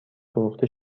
فروخته